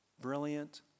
brilliant